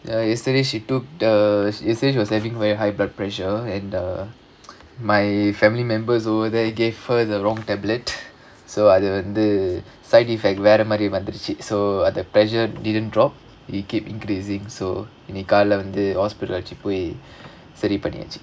ya yesterday she took the she say was having very high blood pressure and uh my family members over there gave her the wrong tablet so அது வந்து:adhu vandhu side effect வேற மாதிரி வந்துடுச்சு:vera maadhiri vandhuduchu so uh the pressure didn't drop it keep increasing so அது வந்து வேற மாதிரி வந்துடுச்சு இன்னைக்கு காலைல வந்து:adhu vandhu vera maadhiri vandhuduchu innaikku kaalaila vandhu hospital அழைச்சிட்டு போய் சரி பண்ணியாச்சு:alaichittu poi sari panniyaachu